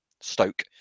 Stoke